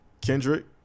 Kendrick